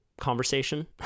conversation